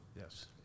Yes